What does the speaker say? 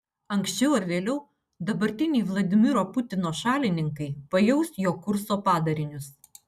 anksčiau ar vėliau dabartiniai vladimiro putino šalininkai pajaus jo kurso padarinius